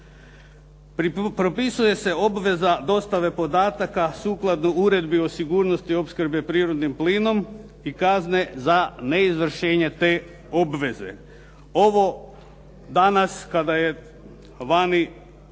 Propisuje se obveza dostave podataka sukladno Uredbi o sigurnosti opskrbe prirodnim plinom i kazne za neizvršenje te obveze. Ovo danas kada je vani